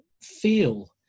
feel